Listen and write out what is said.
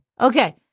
Okay